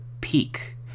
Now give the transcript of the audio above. peak